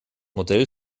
modell